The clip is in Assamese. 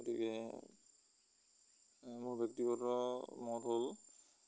গতিকে মোৰ ব্যক্তিগত মত হ'ল